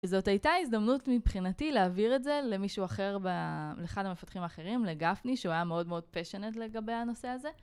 וזאת הייתה ההזדמנות מבחינתי להעביר את זה למישהו אחר ב... לאחד המפתחים האחרים, לגפני, שהוא היה מאוד מאוד פשנט לגבי הנושא הזה.